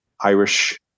irish